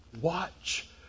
Watch